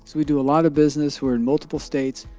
we do a lot of business. we're in multiple states.